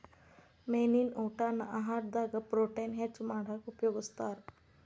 ಮೇನಿನ ಊಟಾನ ಆಹಾರದಾಗ ಪ್ರೊಟೇನ್ ಹೆಚ್ಚ್ ಮಾಡಾಕ ಉಪಯೋಗಸ್ತಾರ